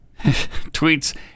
tweets